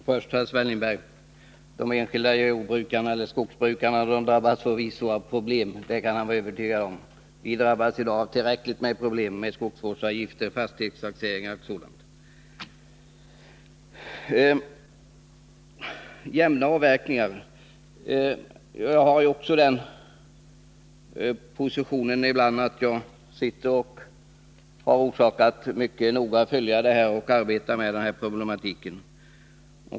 Fru talman! Först till Sven Lindberg: De enskilda jordbrukarna eller skogsbrukarna drabbas förvisso av problem — det kan han vara övertygad om. Vi drabbas i dag av tillräckligt med problem i form av skogsvårdsavgifter, fastighetstaxeringar och sådant. När det gäller jämna avverkningar vill jag säga följande. Jag har ju också den positionen att jag ibland har orsak att mycket noga följa och arbeta med denna problematik.